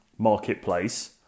marketplace